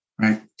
Right